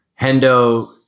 Hendo